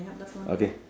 okay